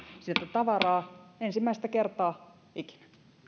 tavaraa ensimmäistä kertaa ikinä